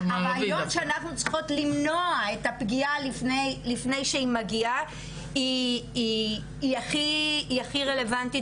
הרעיון שאנחנו צריכות למנוע את הפגיעה לפני שהיא מגיעה הוא הכי רלבנטי